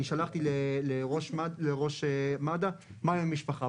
אני שלחתי לראש מד"א מה עם המשפחה?